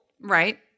Right